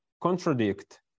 contradict